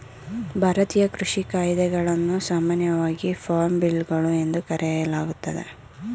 ಭಾರತೀಯ ಕೃಷಿ ಕಾಯಿದೆಗಳನ್ನು ಸಾಮಾನ್ಯವಾಗಿ ಫಾರ್ಮ್ ಬಿಲ್ಗಳು ಎಂದು ಕರೆಯಲಾಗ್ತದೆ